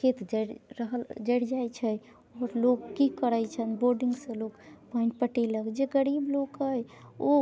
खेत जड़ि रहल जड़ि जाइ छै आओर लोक की करै छनि लोक बोर्डिंगसँ लोक पानि पटेलक जे गरीब लोक अइ ओ